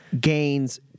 gains